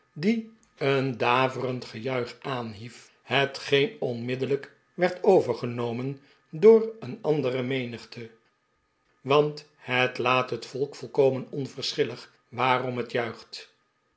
die een daverend gejuich aanhief hetgeen onmiddellijk werd overgenomen door een andere menigte want het laat het volk volkomen onverschillig waarom het juicht